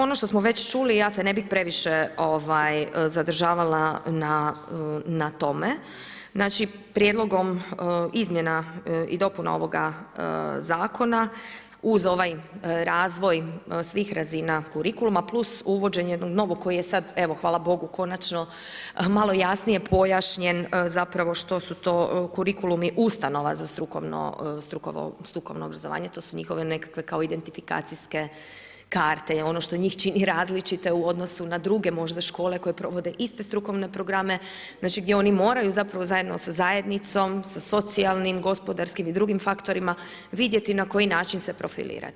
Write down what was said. Ono što smo već čuli i ja se ne bih previše zadržavala na tome, znači prijedlogom izmjena i dopuna ovoga zakona uz ovaj razvoj svih razina kurikuluma, plus uvođenje jednog novog koji je sada evo hvala Bogu konačno malo jasnije pojašnjen što su to kurikulumi ustanova za strukovno obrazovanje, to su njihove nekakve kao identifikacijske karte i ono što njih čini različite u odnosu na druge možda škole koje provode iste strukovne programe, gdje oni moraju zajedno sa zajednicom, sa socijalnim, gospodarskim i drugim faktorima vidjeti na koji način se profilirat.